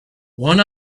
one